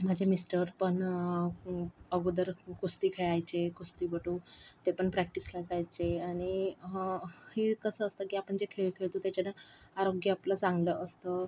माझे मिस्टर पण अगोदर कुस्ती खेळायचे कुस्तीपटू ते पण प्रॅक्टिसला जायचे आणि हे कसं असतं की आपण जे खेळ खेळतो त्याच्यानं आरोग्य आपलं चांगलं असतं